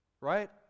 right